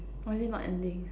why is it not ending